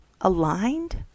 aligned